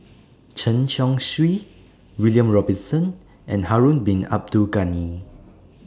Chen Chong Swee William Robinson and Harun Bin Abdul Ghani